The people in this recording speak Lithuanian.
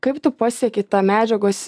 kaip tu pasiekei tą medžiagos